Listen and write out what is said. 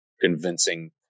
convincing